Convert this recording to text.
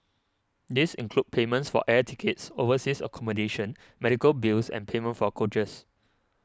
these include payments for air tickets overseas accommodation medical bills and payment for coaches